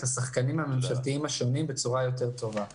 השחקנים הממשלתיים השונים בצורה טובה יותר.